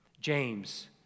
James